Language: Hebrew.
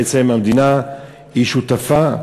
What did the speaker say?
בעצם המדינה היא שותפה,